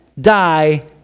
die